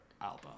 album